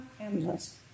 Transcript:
endless